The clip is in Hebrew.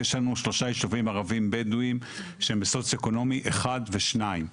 יש לנו שלושה ישובים ערבים בדואים שהם בסוציואקונומי אחד ושתיים.